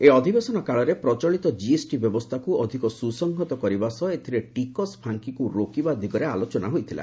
ଏହି ଅଧିବେଶନ କାଳରେ ପ୍ରଚଳିତ ଜିଏସଟି ବ୍ୟବସ୍ଥାକୁ ଅଧିକ ସୁସଂହତ କରିବା ସହ ଏଥିରେ ଟିକସ ଫାଙ୍କିକୁ ରୋକିବା ଦିଗରେ ଆଲୋଚନା ହୋଇଥିଲା